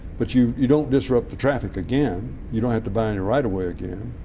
but you you don't disrupt the traffic again. you don't have to buy any right-of-way again.